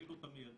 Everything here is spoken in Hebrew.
אפילו את המיידי.